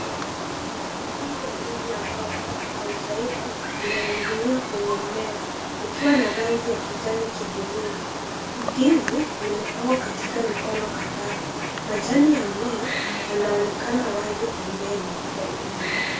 Mkungu wa ndizi ambao bado haujaiva unaninginia kwenye mmea ukiwa na rangi ya kijani kibuluu, ndizi zimepangwa katika mikono kadhaa majani ya mmea yanaonekana wazi pembeni.